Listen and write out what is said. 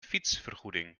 fietsvergoeding